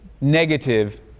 negative